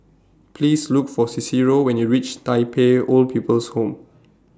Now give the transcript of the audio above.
Please Look For Cicero when YOU REACH Tai Pei Old People's Home